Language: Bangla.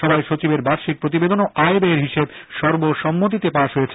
সভায় সচিবের বার্ষিক প্রতিবেদন ও আয় ব্যয়ের হিসাব সর্বসম্মতিতে পাশ হয়েছে